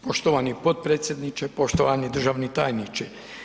Poštovani potpredsjedniče, poštovani državni tajniče.